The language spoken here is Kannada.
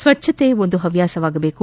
ಸ್ವಚ್ಛತೆ ಒಂದು ಹವ್ಯಾಸವಾಗಬೇಕು